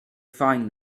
find